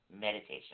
meditation